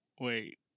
wait